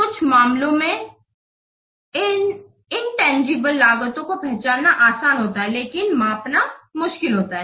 कुछ मामलों में इन इनतंजीबले लागतों को पहचानना आसान होता है लेकिन मापना मुश्किल होता है